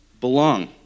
Belong